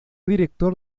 director